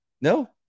No